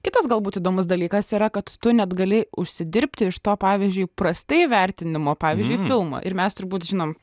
kitas galbūt įdomus dalykas yra kad tu net gali užsidirbti iš to pavyzdžiui prastai vertinimo pavyzdžiui filmo ir mes turbūt žinom